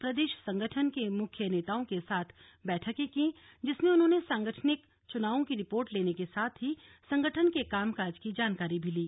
प्रदेश संगठन के प्रमुख नेताओं के साथ बैठकें की जिसमें उन्होंने सांगठनिक चुनावों की रिपोर्ट लेने के साथ ही संगठन के कामकाज की जानकारी भी ली